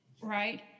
right